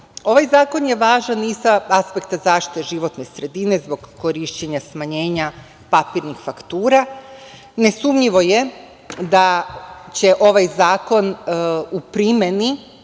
zakon je važan i sa aspekta zaštite životne sredine zbog korišćenja smanjenja papirnih faktura. Nesumnjivo je da će ovaj zakon u primeni